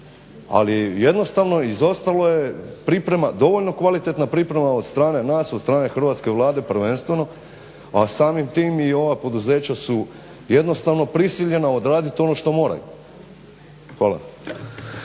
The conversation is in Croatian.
ali jednostavno izostalo je, priprema, dovoljno kvalitetna priprema od strane nas, od strane hrvatske Vlade prvenstveno a samim time i ova poduzeća su jednostavno prisiljena odraditi ono što moraju. Hvala.